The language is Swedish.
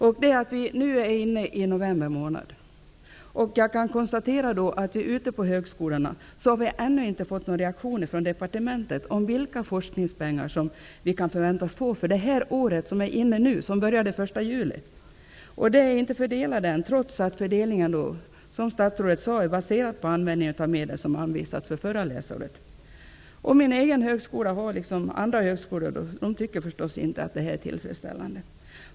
Vi är nu inne i november månad, och högskolorna har ännu inte fått någon reaktion från departementet i fråga om de forskningspengar som de kan förväntas få för innevarande år, med budgetårsstart den 1 juli. Medlen är inte fördelade ännu, trots att fördelningen är baserad på användningen av medel som anvisats för förra läsåret. I högskolan Falun/Borlänge tycker man inte att detta är tillfredsställande.